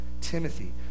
Timothy